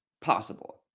possible